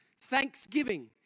Thanksgiving